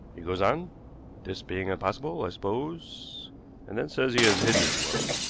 he goes on this being impossible, i suppose and then says he has hidden his wealth.